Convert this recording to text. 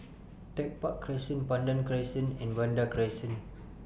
Tech Park Crescent Pandan Crescent and Vanda Crescent